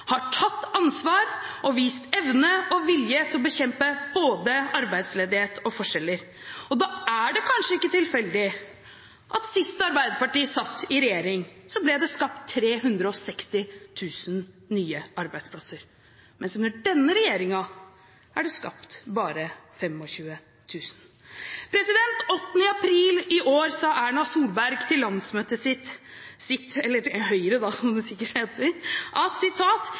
har tatt ansvar og vist evne og vilje til å bekjempe både arbeidsledighet og forskjeller. Og da er det kanskje ikke tilfeldig at sist Arbeiderpartiet satt i regjering, ble det skapt 360 000 nye arbeidsplasser, mens under denne regjeringen er det skapt bare 25 000. Den 8. april i år sa Erna Solberg til Høyres landsmøte: